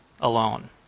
alone